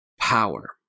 power